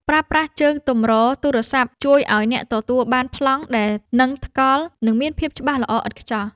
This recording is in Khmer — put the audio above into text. ប្រើប្រាស់ជើងទម្រទូរស័ព្ទជួយឱ្យអ្នកទទួលបានប្លង់ដែលនឹងថ្កល់ និង មានភាពច្បាស់ល្អឥតខ្ចោះ។